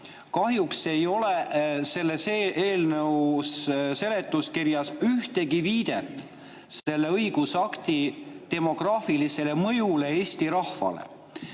Kahjuks ei ole selle eelnõu seletuskirjas ühtegi viidet selle õigusakti demograafilisele mõjule Eesti rahva